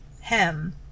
hem